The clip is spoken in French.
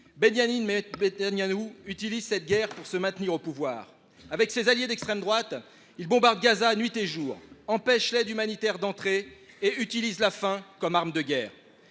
Benyamin Netanyahou utilise cette guerre pour se maintenir au pouvoir. Avec ses alliés d’extrême droite, il bombarde Gaza nuit et jour, empêche l’aide humanitaire d’entrer dans la zone et utilise la faim comme arme de guerre.